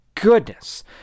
Goodness